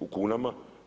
u kunama.